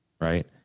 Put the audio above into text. Right